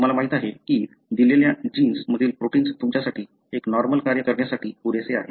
तुम्हाला माहीत आहे की दिलेल्या जीन्स मधील प्रोटिन्स तुमच्यासाठी एक नॉर्मल कार्य करण्यासाठी पुरेसे आहेत